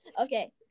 okay